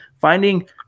finding